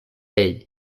ell